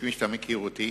כפי שאתה מכיר אותי,